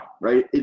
right